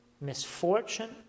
misfortune